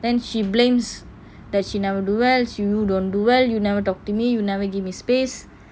then she blames that she never do well you don't do well you never talk me you never give me space